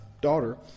daughter